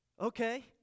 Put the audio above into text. Okay